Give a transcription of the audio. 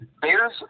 Bears